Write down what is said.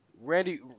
Randy